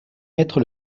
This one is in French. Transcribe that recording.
mettre